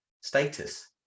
status